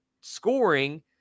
scoring